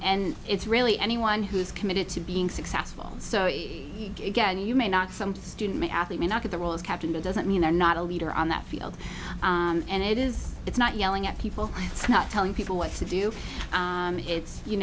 and it's really anyone who's committed to being successful so again you may not some student athlete may not get the role as captain doesn't mean they're not a leader on that field and it is it's not yelling at people it's not telling people what to do it's you